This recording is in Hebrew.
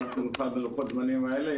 אם נוכל בלוחות הזמנים האלה.